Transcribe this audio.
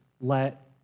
let